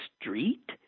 street